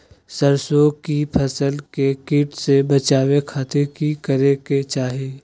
सरसों की फसल के कीट से बचावे खातिर की करे के चाही?